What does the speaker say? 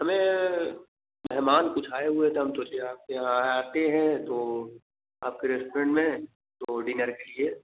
हमें मेहमान कुछ आए हुए थे हम सोचे आपके यहाँ आ आते हैं तो आपके रेस्टोरेंट में तो डिनर के लिए